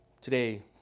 today